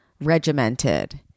regimented